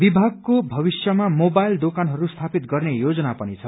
विभागको भविष्यमा मोबाइल दोकानहरू स्थापित गर्ने योजना पनि छ